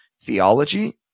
theology